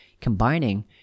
combining